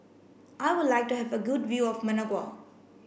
I would like to have a good view of Managua